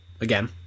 again